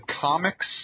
comics